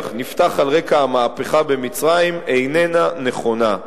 נפתח על רקע המהפכה במצרים איננה נכונה.